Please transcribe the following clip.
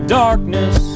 darkness